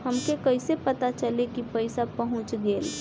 हमके कईसे पता चली कि पैसा पहुच गेल?